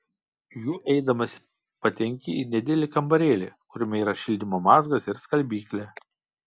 juo eidamas patenki į nedidelį kambarėlį kuriame yra šildymo mazgas ir skalbyklė